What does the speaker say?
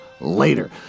later